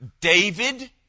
David